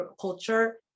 culture